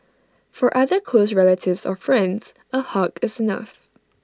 for other close relatives or friends A hug is enough